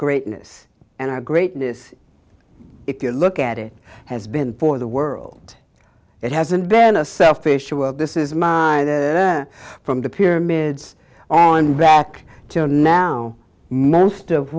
greatness and our greatness if you look at it has been for the world it hasn't been a selfish world this is from the pyramids back to now most of